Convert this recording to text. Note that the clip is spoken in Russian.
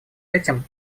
этим